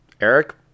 Eric